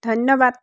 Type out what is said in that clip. ধন্যবাদ